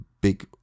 big